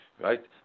right